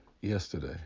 yesterday